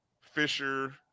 Fisher